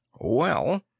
Well